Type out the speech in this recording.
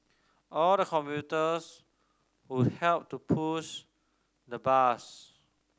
all the commuters would help to push the bus